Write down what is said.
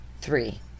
three